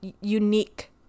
unique